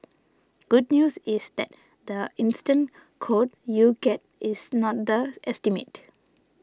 good news is that the instant quote you get is not the estimate